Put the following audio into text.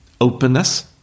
openness